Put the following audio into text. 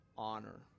Honor